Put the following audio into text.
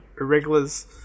irregulars